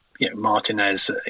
Martinez